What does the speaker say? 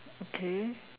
okay